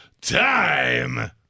time